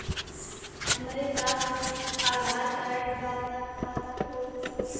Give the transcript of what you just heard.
हमरे पास बस आधार कार्ड बा त खाता खुल सकेला?